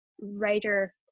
writer